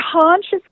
conscious